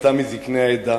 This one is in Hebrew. אתה מזקני העדה,